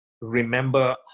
remember